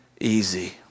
easy